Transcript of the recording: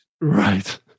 Right